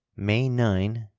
may nine,